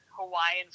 Hawaiian